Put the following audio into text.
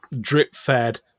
drip-fed